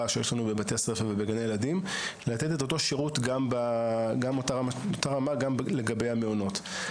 שיש לנו בבתי הספר ובגני הילדים גם לגבי המעונות.